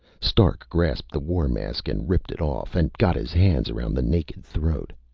stark grasped the war-mask and ripped it off, and got his hands around the naked throat.